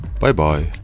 Bye-bye